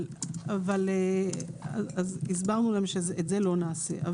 אז הסברנו להם שאת זה לא נעשה.